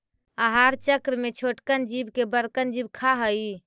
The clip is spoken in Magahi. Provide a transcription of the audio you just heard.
आहार चक्र में छोटकन जीव के बड़कन जीव खा हई